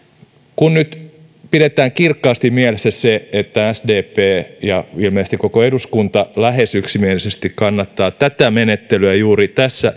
kun nyt pidetään kirkkaasti mielessä se että sdp ja ilmeisesti koko eduskunta lähes yksimielisesti kannattaa tätä menettelyä juuri tässä